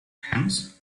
hence